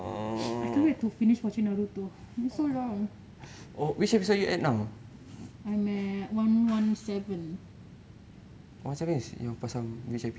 I can't wait to finish watching naruto it so long I'm at one one seven